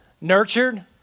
nurtured